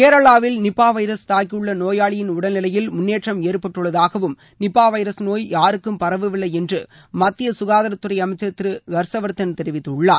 கேரளாவில் Nipah virus தாக்கியுள்ள நோயாளியின் உடல்நிலையில் முன்னேற்றம் ஏற்பட்டுள்ளதாகவும் நிபா வைரஸ் நோய் யாருக்கும் பரவவில்லை என்றும் மத்திய சுகாதாரத்துறை அமைச்சர் திரு ஹர்ஷ்வர்தன் தெரிவித்துள்ளார்